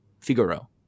Figaro